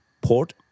Port